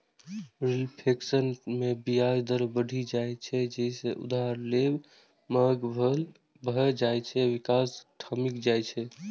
reflation मे ब्याज दर बढ़ि जाइ छै, जइसे उधार लेब महग भए जाइ आ विकास ठमकि जाइ छै